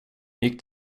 gick